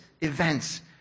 events